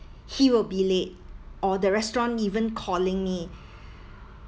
he will be late or the restaurant even calling me